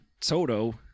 Toto